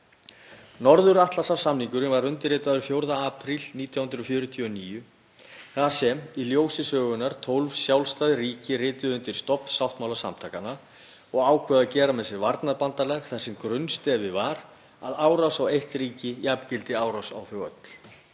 Norður-Atlantshafssamningurinn var undirritaður 4. apríl 1949 þar sem 12 sjálfstæð ríki rituðu undir stofnsáttmála samtakanna og ákváðu að gera með sér varnarbandalag þar sem grunnstefið var að árás á eitt ríki jafngilti árás á þau öll.